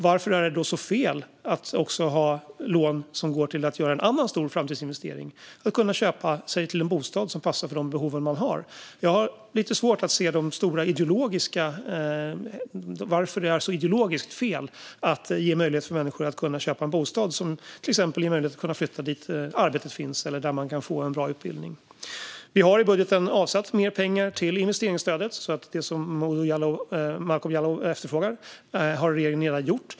Varför är det då så fel att också ha lån som går till att göra en annan stor framtidsinvestering, för att kunna köpa sig en bostad som passar de behov man har? Jag har svårt att se varför det skulle vara ideologiskt fel att ge människor möjlighet att köpa en bostad, för att till exempel kunna flytta dit arbete finns eller där man kan få en bra utbildning. Vi har i budgeten avsatt mer pengar till investeringsstödet. Det som Momodou Malcolm Jallow efterfrågar har regeringen alltså redan gjort.